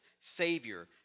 Savior